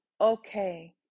okay